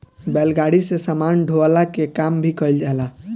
बैलगाड़ी से सामान ढोअला के काम भी कईल जाला